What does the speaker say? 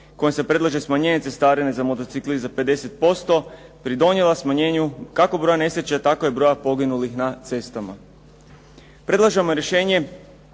kojom se predlaže smanjenje cestarine za motocikle za 50%, pridonijela smanjenju kako broja nesreća, tako i broja poginulih na cestama. Predlažemo jer rješenje